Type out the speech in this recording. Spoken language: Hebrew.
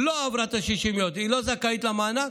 לא עברה את ה-60 יום והיא לא זכאית למענק,